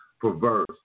Perverse